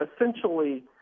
essentially